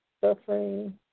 Suffering